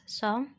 song